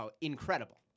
incredible